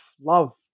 love